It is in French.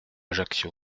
ajaccio